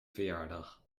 verjaardag